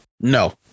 No